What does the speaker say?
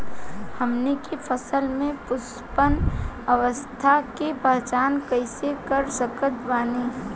हमनी के फसल में पुष्पन अवस्था के पहचान कइसे कर सकत बानी?